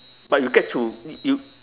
but you get to you